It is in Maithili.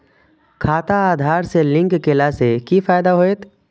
खाता आधार से लिंक केला से कि फायदा होयत?